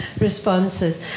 responses